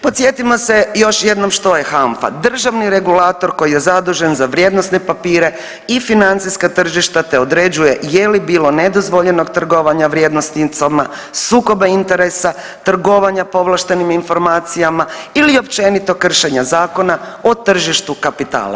Podsjetimo se još jednom što je HANFA, državni regulator koji je zadužen za vrijednosne papire i financijska tržišta te određuje je li bilo nedozvoljenog trgovanja vrijednosnicama, sukoba interesa, trgovanja povlaštenim informacijama ili općenito, kršenja Zakona o tržištu kapitala.